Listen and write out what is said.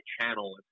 channel